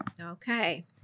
Okay